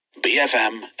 BFM